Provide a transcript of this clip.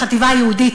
החטיבה היהודית,